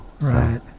Right